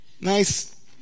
nice